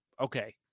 Okay